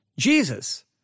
Jesus